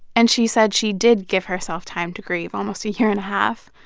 and she said she did give herself time to grieve, almost a year and a half.